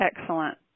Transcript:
Excellent